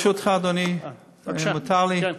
ברשותך, אדוני, מותר לי?